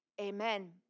amen